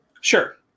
Sure